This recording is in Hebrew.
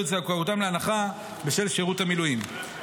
את זכאותם להנחה בשל שירות המילואים.